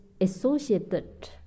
associated